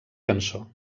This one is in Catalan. cançó